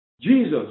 jesus